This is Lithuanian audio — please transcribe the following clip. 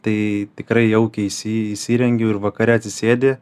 tai tikrai jaukiai įsi įsirengiau ir vakare atsisėdi